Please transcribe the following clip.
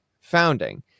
founding